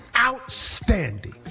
outstanding